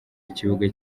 ikibuga